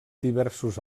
diversos